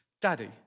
daddy